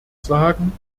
sagen